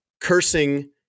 cursing